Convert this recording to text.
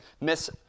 Miss